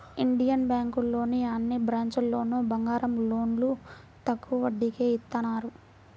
Indian బ్యేంకులోని అన్ని బ్రాంచీల్లోనూ బంగారం లోన్లు తక్కువ వడ్డీకే ఇత్తన్నారు